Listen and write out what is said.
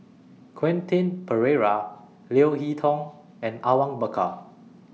Quentin Pereira Leo Hee Tong and Awang Bakar